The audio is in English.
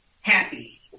happy